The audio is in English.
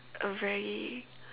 a very